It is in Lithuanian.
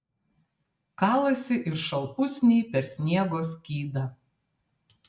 kalasi ir šalpusniai per sniego skydą